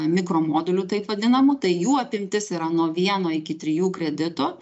mikro modulių taip vadinamų tai jų apimtis yra nuo vieno iki trijų kreditų